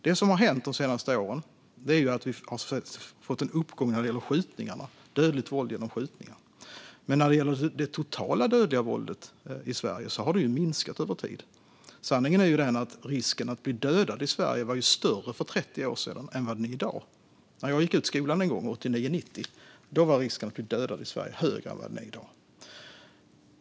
Det som har hänt de senaste åren är att vi har fått en uppgång när det gäller dödligt våld genom skjutningar. Men det totala dödliga våldet i Sverige har minskat över tid. Sanningen är den att risken att bli dödad i Sverige var större för 30 år sedan än den är i dag. När jag gick ut skolan 1989/90 var risken att bli dödad i Sverige högre än den är i dag.